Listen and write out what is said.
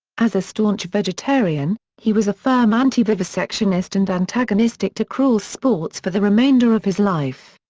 as a staunch vegetarian, he was a firm anti-vivisectionist and antagonistic to cruel sports for the remainder of his life.